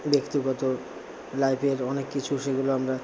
ব্যক্তিগত লাইফের অনেক কিছু সেগুলো আমরা